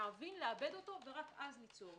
להבין ולעבד אותו, ורק אז ליצור.